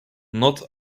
not